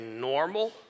normal